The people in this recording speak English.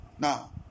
Now